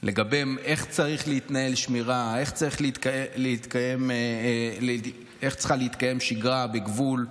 לגבי איך צריכה להתנהל שמירה ואיך צריכה להתקיים שגרה בגבול.